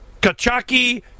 Kachaki